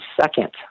second